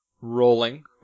rolling